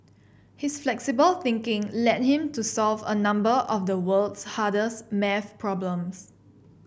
his flexible thinking led him to solve a number of the world's hardest math problems